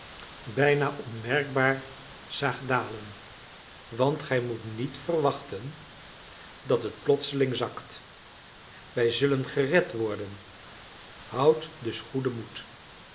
bijna onmerkbaar zaagt dalen want gij moet niet verwachten dat het plotseling zakt wij zullen gered worden houdt dus goeden moed